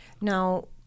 now